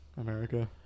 America